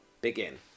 begin